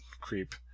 creep